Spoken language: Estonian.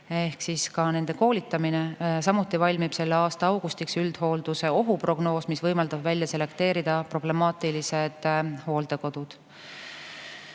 ehk siis ka nende koolitamine. Samuti valmib selle aasta augustiks üldhoolduse ohuprognoos, mis võimaldab välja selekteerida problemaatilised hooldekodud.